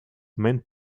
meant